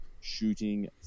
shooting